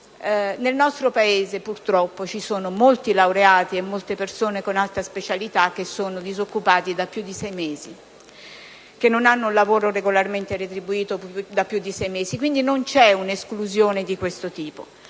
nel nostro Paese purtroppo ci sono molti laureati e molte persone con alta specializzazione disoccupati da più di sei mesi, che non hanno un lavoro regolarmente retribuito da più di sei mesi. Quindi, non c'è un'esclusione di questo tipo.